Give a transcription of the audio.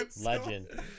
Legend